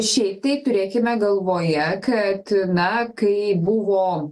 šiaip tai turėkime galvoje kad na kai buvo